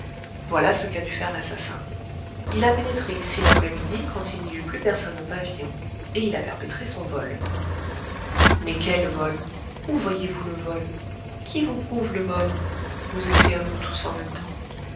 voilà ce qu'a dû faire l'assassin il a pénétré ici l'après-midi quand il n'y eut plus personne au pavillon et il a perpétré son vol mais quel vol où voyez-vous le vol qui vous prouve le vol nous écriâmes nous tous en même temps